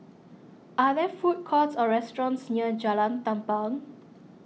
are there food courts or restaurants near Jalan Tampang